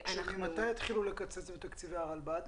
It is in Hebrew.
ממתי התחילו לקצץ בתקציבי הרלב"ד?